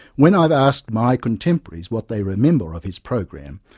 when i've asked my contemporaries what they remember of his program,